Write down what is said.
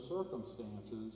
circumstances